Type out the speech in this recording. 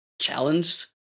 challenged